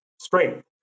strength